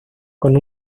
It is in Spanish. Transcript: con